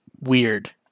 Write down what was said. weird